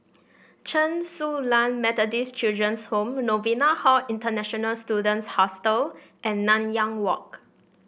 Chen Su Lan Methodist Children's Home Novena Hall International Students Hostel and Nanyang Walk